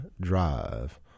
Drive